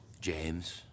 James